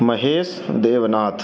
महेशदेवनाथः